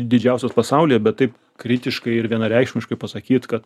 didžiausias pasaulyje bet taip kritiškai ir vienareikšmiškai pasakyt kad